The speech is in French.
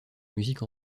musique